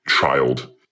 child